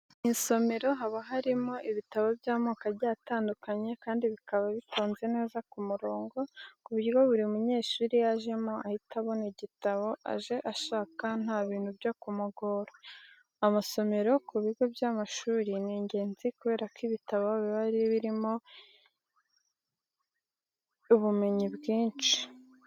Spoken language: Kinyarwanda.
Mu isomero haba harimo ibitabo by'amoko agiye atandukanye kandi bikaba bitonze neza ku murongo ku buryo buri munyeshuri iyo ajemo ahita abona igitabo aje ashaka nta bintu byo kumugora. Amasomero ku bigo by'amashuri ni ingenzi kubera ko ibitabo biba birimo biba bibitse ubumenyi bwinshi.